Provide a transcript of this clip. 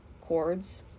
chords